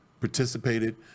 participated